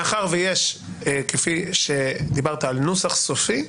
מאחר ויש כפי שדיברת על נוסח סופי,